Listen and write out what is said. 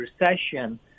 recession